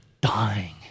dying